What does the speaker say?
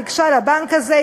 ניגשה לבנק הזה,